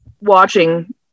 Watching